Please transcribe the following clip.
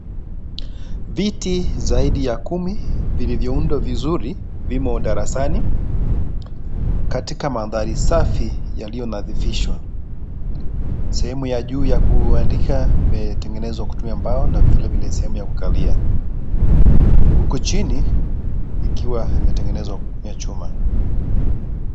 Viti zaidi ya kumi vilivyo undwa vizuri vimo darasani katika Mandhari safi yaliyo nadhifishwa sehemu ya juu ya kuandika imetengenezwa kutumia mbao na Vile vile sehemu ya kukali. Huko chini ikiwa imetengenezwa kutumia chuma.